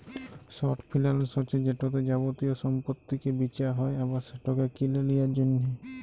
short ফিলালস হছে যেটতে যাবতীয় সম্পত্তিকে বিঁচা হ্যয় আবার সেটকে কিলে লিঁয়ার জ্যনহে